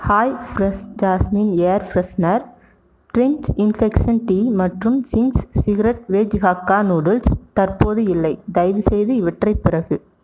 hi fresh jasmine air freshener Twinings infusion tea மற்றும் Ching's secret veg hakka noodles தற்போது இல்லை தயவுசெய்து இவற்றை பிறகு